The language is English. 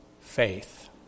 faith